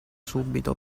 subito